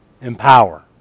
empower